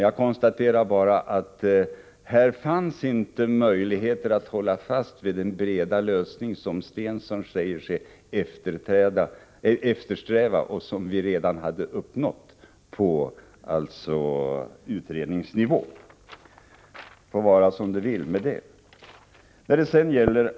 Jag konstaterar att det inte fanns möjligheter att hålla fast vid den breda lösning som Börje Stensson säger sig eftersträva och som vi redan hade uppnått på utredningsnivå. Det får vara som det vill med den saken.